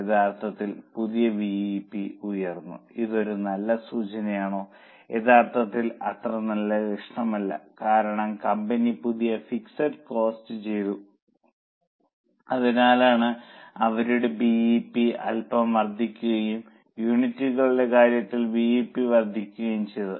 യഥാർത്ഥത്തിൽ പുതിയ BEP ഉയർന്നു ഇത് ഒരു നല്ല സൂചനയാണോ യഥാർത്ഥത്തിൽ അത്ര നല്ല ലക്ഷണമല്ല കാരണം കമ്പനി പുതിയ ഫിക്സഡ് കോസ്റ്റ് ചെയ്തു അതിനാലാണ് അവരുടെ BEP അൽപ്പം വർദ്ധിക്കുകയും യൂണിറ്റുകളുടെ കാര്യത്തിൽ BEP വർദ്ധിക്കുകയും ചെയ്തത്